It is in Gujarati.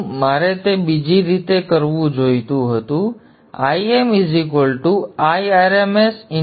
મારે તે બીજી રીતે કરવું જોઈતું હતું Im IrmsKf